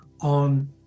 on